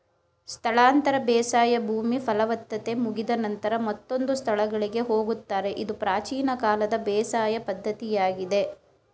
ಸ್ಥಳಾಂತರ ಬೇಸಾಯ ಭೂಮಿ ಫಲವತ್ತತೆ ಮುಗಿದ ನಂತರ ಮತ್ತೊಂದು ಸ್ಥಳಗಳಿಗೆ ಹೋಗುತ್ತಾರೆ ಇದು ಪ್ರಾಚೀನ ಕಾಲದ ಬೇಸಾಯ ಪದ್ಧತಿಯಾಗಿದೆ